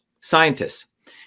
scientists